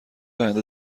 آینده